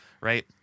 right